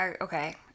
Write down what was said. okay